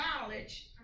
knowledge